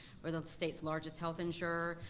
we're the state's largest health insurer.